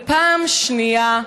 ופעם שנייה,